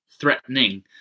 threatening